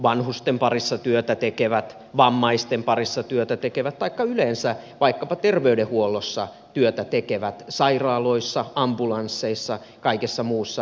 vanhusten parissa työtä tekevät vammaisten parissa työtä tekevät taikka yleensä vaikkapa terveydenhuollossa sairaaloissa ambulansseissa kaikessa muussa työtä tekevät